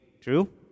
True